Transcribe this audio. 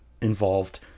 involved